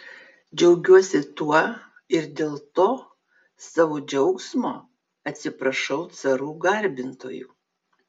džiaugiuosi tuo ir dėl to savo džiaugsmo atsiprašau carų garbintojų